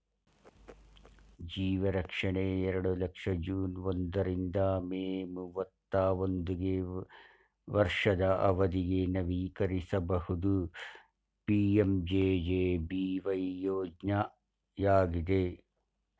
ಜೀವರಕ್ಷಣೆ ಎರಡು ಲಕ್ಷ ಜೂನ್ ಒಂದ ರಿಂದ ಮೇ ಮೂವತ್ತಾ ಒಂದುಗೆ ವರ್ಷದ ಅವಧಿಗೆ ನವೀಕರಿಸಬಹುದು ಪಿ.ಎಂ.ಜೆ.ಜೆ.ಬಿ.ವೈ ಯೋಜ್ನಯಾಗಿದೆ